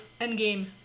Endgame